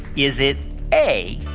is it a,